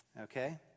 okay